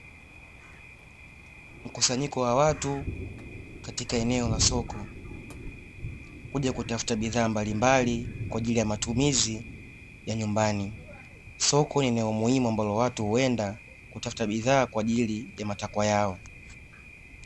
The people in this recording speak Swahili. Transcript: Mkusanyiko wa watu katika eneo la soko kuja kutafuta bidhaa mbalimbali kwa ajili ya matumizi ya nyumbani. Soko ni eneo muhimu ambalo watu huenda kutafuta bidhaa kwa ajili ya matakwa yao.